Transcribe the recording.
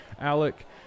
Alec